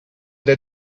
der